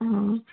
ହଁ